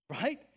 Right